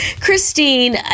Christine